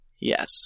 Yes